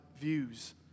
views